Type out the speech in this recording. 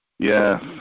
Yes